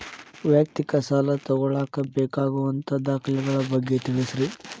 ವೈಯಕ್ತಿಕ ಸಾಲ ತಗೋಳಾಕ ಬೇಕಾಗುವಂಥ ದಾಖಲೆಗಳ ಬಗ್ಗೆ ತಿಳಸ್ರಿ